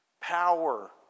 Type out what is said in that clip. Power